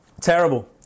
Terrible